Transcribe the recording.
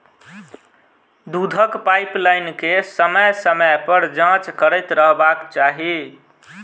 दूधक पाइपलाइन के समय समय पर जाँच करैत रहबाक चाही